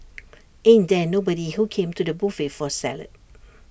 ain't there nobody who came to the buffet for salad